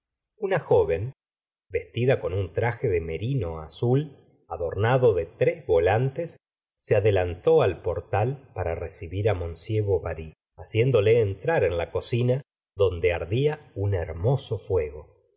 una joven vestida con un traje de merino azul adornado de tres volantes se adelantó al portal para recibir m bovary haciéndole entrar en la cocina donde ardía un hermoso fuego